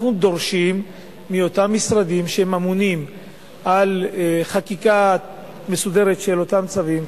אנחנו דורשים מאותם משרדים שאמונים על חקיקה מסודרת של אותם צווים,